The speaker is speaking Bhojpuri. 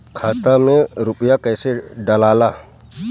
खाता में रूपया कैसे डालाला?